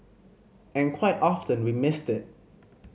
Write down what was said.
and quite often we missed it